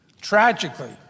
Tragically